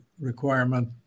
requirement